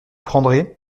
prendrez